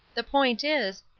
the point is,